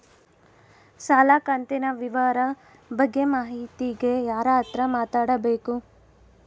ಸಾಲ ಕಂತಿನ ವಿವರ ಬಗ್ಗೆ ಮಾಹಿತಿಗೆ ಯಾರ ಹತ್ರ ಮಾತಾಡಬೇಕು?